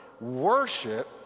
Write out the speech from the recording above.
worship